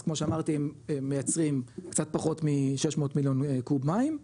אז כמו שאמרתי הם מייצרים קצת פחות מ-600 מיליון קוב מים,